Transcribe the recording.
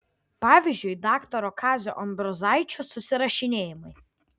pavyzdžiui daktaro kazio ambrozaičio susirašinėjimai